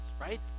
right